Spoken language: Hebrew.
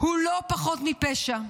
הוא לא פחות מפשע.